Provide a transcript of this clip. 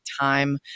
time